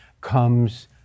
comes